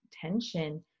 tension